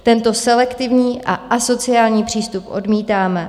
Tento selektivní a asociální přístup odmítáme.